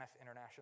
International